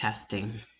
testing